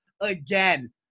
again